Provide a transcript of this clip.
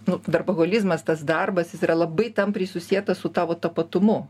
nu darboholizmas tas darbas jis yra labai tampriai susietas su tavo tapatumu